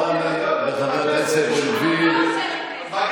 אומרים שאני גם אשם במתקפה של האויבים שלנו.